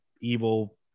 evil